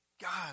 God